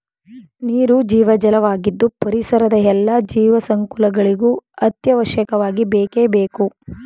ನೀರು ಜೀವಜಲ ವಾಗಿದ್ದು ಪರಿಸರದ ಎಲ್ಲಾ ಜೀವ ಸಂಕುಲಗಳಿಗೂ ಅತ್ಯವಶ್ಯಕವಾಗಿ ಬೇಕೇ ಬೇಕು